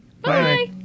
Bye